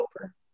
over